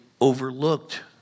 overlooked